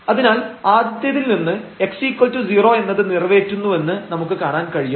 അതിനാൽ ആദ്യത്തേതിൽ നിന്ന് x0 എന്നത് നിറവേറ്റുന്നുവെന്ന് നമുക്ക് കാണാൻ കഴിയും